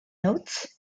notes